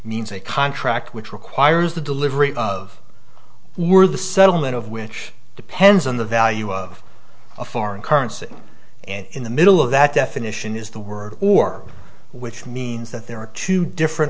means a contract which requires the delivery of the settlement of which depends on the value of a foreign currency and in the middle of that definition is the word or which means that there are two different